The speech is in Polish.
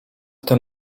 ten